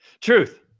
Truth